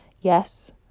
Yes